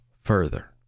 further